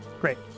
Great